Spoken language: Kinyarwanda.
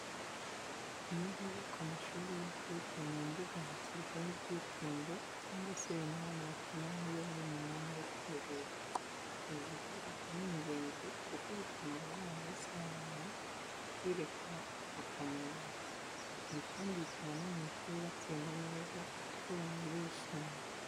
Iyo hubakwa amashuri y'incuke mu mbuga hashyirwa ibyicundo cyangwa se ibintu abana bakiniraho iyo bari mu mwanya wo kuruhuka. Ibi bikoresho ni ingenzi kuko bituma aba bana basabana, bakirekura, bakamenyana. Ibi kandi bituma no mu ishuri batsinda neza kuko baba bishyimye.